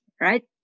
right